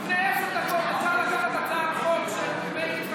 לפני עשר דקות היה אפשר לקחת הצעת חוק של מאיר יצחק